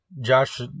Josh